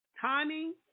timing